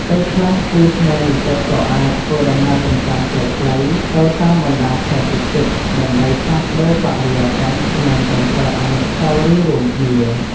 ពេលខ្លះ គូស្នេហ៍និស្សិតក៏អាច ធ្វើដំណើរកម្សាន្តខ្លីៗ ទៅតាមបណ្ដាខេត្តជិតៗ ដើម្បីផ្លាស់ប្ដូរបរិយាកាស និងបង្កើតអនុស្សាវរីយ៍រួមគ្នា។